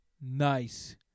Nice